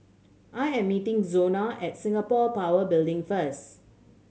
I am meeting Zona at Singapore Power Building first